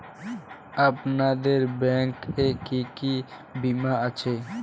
আপনাদের ব্যাংক এ কি কি বীমা আছে?